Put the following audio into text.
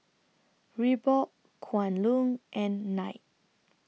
Reebok Kwan Loong and Knight